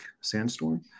Sandstorm